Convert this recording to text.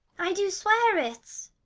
i do swear it.